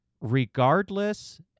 Regardless